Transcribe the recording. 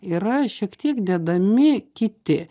yra šiek tiek dedami kiti